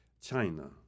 China